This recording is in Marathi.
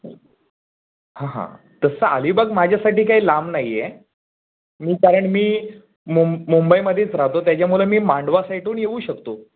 हां हां तसं अलिबाग माझ्यासाठी काही लांब नाही आहे मी कारण मी मुं मुंबईमध्येच राहतो त्याच्यामुळं मी मांडवा साईटहून येऊ शकतो